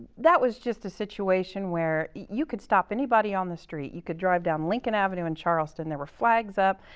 that was just a situation where you could stop anybody on the street, you could drive down lincoln avenue in charleston, there were flags up,